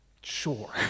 Sure